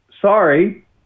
Sorry